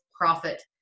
profit